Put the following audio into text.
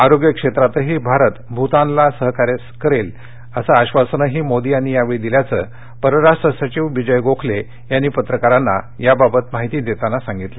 आरोग्य क्षेत्रातही भारत भूतानला सहाय्य करेल असं आश्वासनही मोदी यांनी यावेळी दिल्याचं परराष्ट्र सचिव विजय गोखले यांनी पत्रकारांना याबाबत माहिती देताना सांगितलं